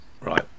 Right